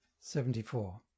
seventy-four